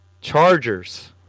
Chargers